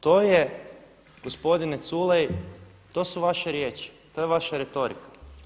To je, gospodine Culej, to su vaš riječi, to je vaša retorika.